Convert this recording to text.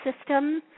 system